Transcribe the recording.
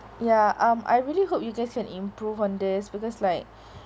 ya um I really hope you guys can improve on this because like